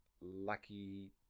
lucky